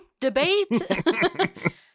debate